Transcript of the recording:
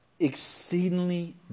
Exceedingly